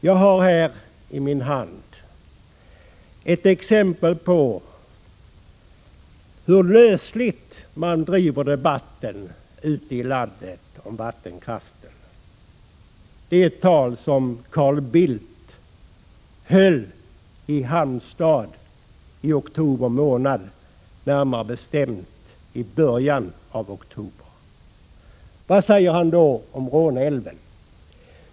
Jag har här i min hand ett exempel på hur lösligt man ute i landet driver debatten om vattenkraften. Det gäller ett tal som Carl Bildt höll i Halmstad i oktober månad, närmare bestämt i början av oktober. Vad sade han då om Råneälven?